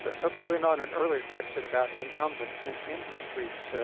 so building on an earlier question about incumbent and industries,